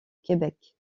québec